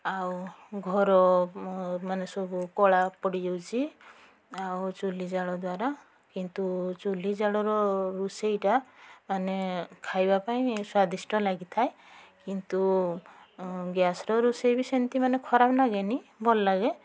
ଆଉ ଘରମାନେ ସବୁ କଳା ପଡ଼ିଯାଉଛି ଆଉ ଚୁଲି ଜାଳଦ୍ୱାରା କିନ୍ତୁ ଚୁଲି ଜାଳର ରୋଷେଇଟା ମାନେ ଖାଇବା ପାଇଁ ସ୍ୱାଦିଷ୍ଟ ଲାଗିଥାଏ କିନ୍ତୁ ଗ୍ୟାସ୍ର ରୋଷେଇ ବି ସେମିତି ମାନେ ଖରାପ ଲାଗେନି ଭଲ ଲାଗେ